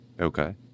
Okay